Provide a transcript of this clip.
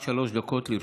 עד שלוש דקות לרשותך.